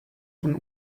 von